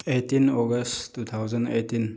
eighteen August two thousand eighteen